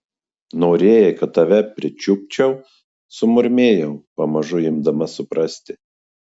norėjai kad tave pričiupčiau sumurmėjau pamažu imdama suprasti